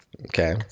Okay